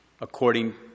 according